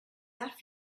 that